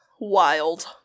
Wild